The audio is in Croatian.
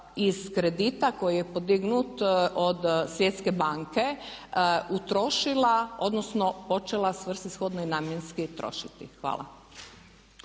iz kredita koji je podignut od Svjetske banke utrošila odnosno počela svrsishodno i namjenski trošiti? Hvala.